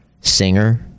singer